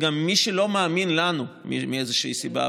גם מי שלא מאמין לנו מאיזושהי סיבה,